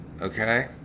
Okay